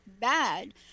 bad